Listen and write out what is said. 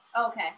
Okay